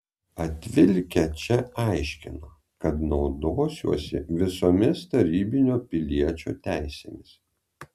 atvilkę čia aiškino kad naudosiuosi visomis tarybinio piliečio teisėmis